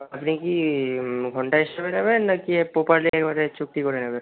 আপনি কি ঘণ্টা হিসেবে যাবেন নাকি প্রপারলি একবারে চুক্তি করে নেবেন